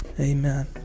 Amen